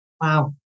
Wow